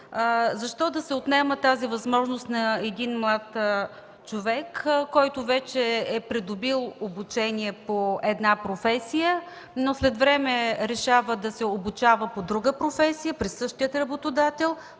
Защо да се отнема тази възможност на един млад човек, който вече е придобил обучение по една професия, но след време решава да се обучава по друга професия при същия работодател